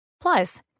Plus